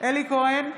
אלי כהן,